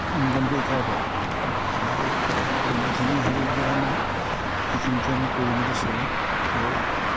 income কৰি খাব পাৰোঁ আৰু আমাৰ অন্যখিনি হেৰি কৰা নাই সেইখিনিকে আমি কৰি মেলি চলোঁ আৰু